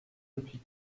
depuis